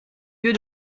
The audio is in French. yeux